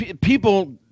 people